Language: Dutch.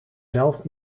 zelf